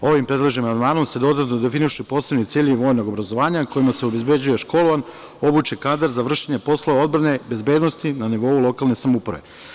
Ovim predloženim amandmanom se dodatno definišu posebni ciljevi vojnog obrazovanja, kojima se obezbeđuje školovan, obučen kadar za vršenje poslova odbrane, bezbednosti, na nivou lokalne samouprave.